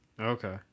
Okay